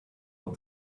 off